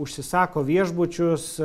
užsisako viešbučius